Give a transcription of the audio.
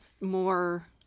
more